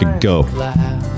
Go